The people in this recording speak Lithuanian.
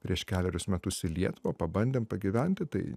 prieš kelerius metus į lietuvą pabandėm pagyventi tai